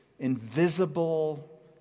Invisible